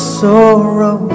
sorrow